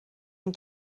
این